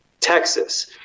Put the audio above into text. Texas